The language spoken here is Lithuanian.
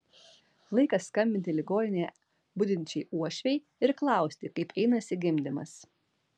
laikas skambinti ligoninėje budinčiai uošvei ir klausti kaip einasi gimdymas